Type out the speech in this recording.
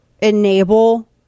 enable